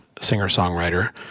singer-songwriter